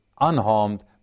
Unharmed